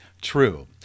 true